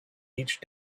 each